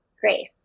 grace